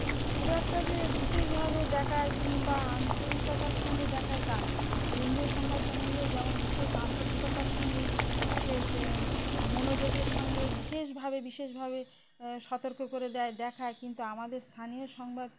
তো খুব একটা যে বিশেষভাবে দেখায় কিংবা আন্তরিকতার সঙ্গে দেখায় তা না কেন্দ্রীয় সংবাদ চ্যানেলগুলো যেমন বিশেষ আন্তরিকতার সঙ্গে বিশেষ মনোযোগের সঙ্গে বিশেষভাবে বিশেষভাবে সতর্ক করে দেয় দেখায় কিন্তু আমাদের স্থানীয় সংবাদ